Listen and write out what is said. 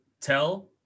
tell